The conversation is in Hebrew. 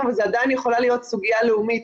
וזו עדיין יכולה להיות סוגיה לאומית.